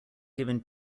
given